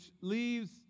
leaves